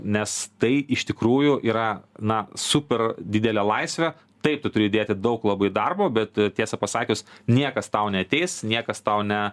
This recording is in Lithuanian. nes tai iš tikrųjų yra na super didelė laisvė taip tu turi įdėti daug labai darbo bet tiesą pasakius niekas tau neateis niekas tau ne